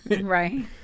Right